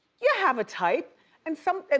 you have a type and some,